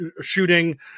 shooting